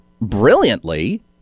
brilliantly